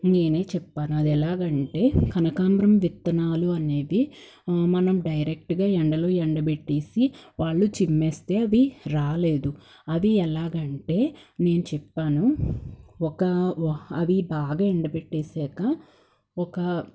నేనే చెప్పాను అది ఎలాగంటే కనకాంబ్రం విత్తనాలు అనేవి మనం డైరెక్ట్గా ఎండలో ఎండబెట్టేసి వాళ్ళు చిమ్మేస్తే అవి రాలేదు అవి ఎలాగంటే నేన్ చెప్పాను ఒక అవి బాగా ఎండబెట్టేసాక ఒక